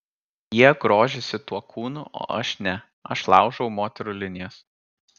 jie grožisi tuo kūnu o aš ne aš laužau moterų linijas